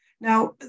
Now